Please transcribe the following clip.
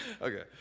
Okay